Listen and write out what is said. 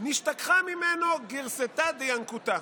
נשתכחה ממנו גירסא דינקותא.